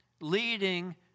leading